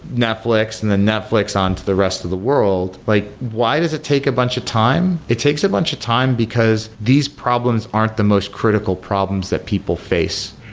netflix and the netflix on to the rest of the world, like why does it take a bunch of time? it takes a bunch of time, because these problems aren't the most critical problems that people face.